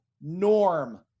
norm